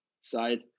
side